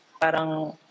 parang